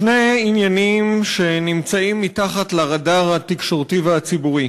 שני עניינים שנמצאים מתחת לרדאר התקשורתי והציבורי: